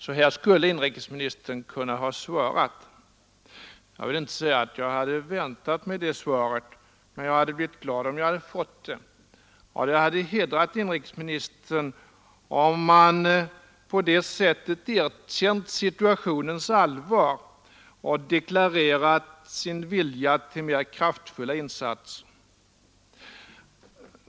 Så här skulle inrikesministern kunna ha svarat. Jag vill inte säga att jag hade väntat mig det svaret, men jag hade blivit glad om jag hade fått det, och det hade hedrat inrikesministern om han på det sättet erkänt situationens allvar och deklarerat sin vilja till mer kraftfulla insatser.